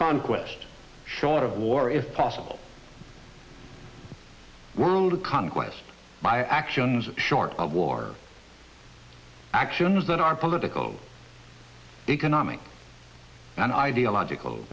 conquest short of war if possible world conquest my actions short of war actions that are political economic and ideological